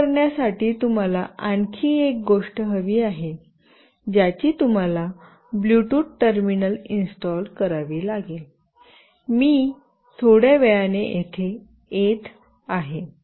हे करण्यासाठी तुम्हाला आणखी एक गोष्ट हवी आहे ज्याची तुम्हाला ब्लूटूथ टर्मिनल इन्स्टॉल करावी लागेल मी या थोड्या वेळाने येथे येत आहे